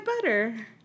butter